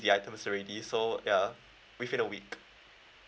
the items already so yeah within a week